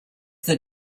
that